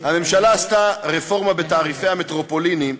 הממשלה עשתה רפורמה בתעריפי המטרופולינים,